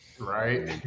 Right